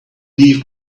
leave